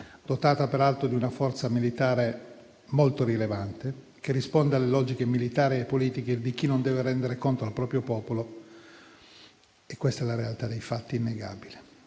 dotata peraltro di una forza militare molto rilevante, che risponde alle logiche militari e politiche di chi non deve rendere conto al proprio popolo. Questa è la realtà dei fatti innegabile.